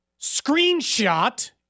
screenshot